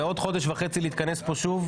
ובעוד חודש וחצי להתכנס פה שוב?